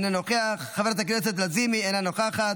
חברת הכנסת אלהרר, אינה נוכחת,